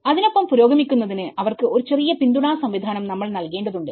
അതിനൊപ്പം പുരോഗമിക്കുന്നതിന് അവർക്ക് ഒരു ചെറിയ പിന്തുണാ സംവിധാനം നമ്മൾ നൽകേണ്ടതുണ്ട്